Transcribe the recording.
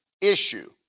issue